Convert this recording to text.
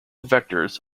vectors